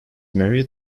married